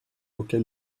auquel